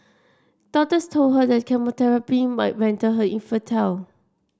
doctors told her that chemotherapy might render her infertile